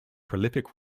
prolific